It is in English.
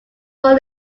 born